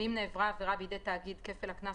ואם נעברה העבירה בידי תאגיד כפל הקנס